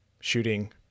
shooting